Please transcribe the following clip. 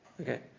Okay